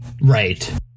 right